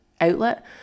outlet